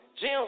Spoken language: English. Jim